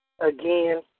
again